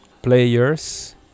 players